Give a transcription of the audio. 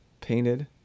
painted